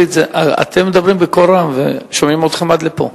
אתם מדברים בקול רם ושומעים אתכם עד פה.